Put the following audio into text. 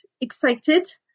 excited